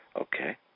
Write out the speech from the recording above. Okay